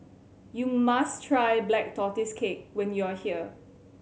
you must try Black Tortoise Cake when you are here